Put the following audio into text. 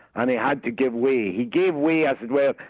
and he had to give way. he gave way, as it were,